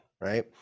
right